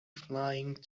flying